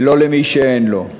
ולא למי שאין לו.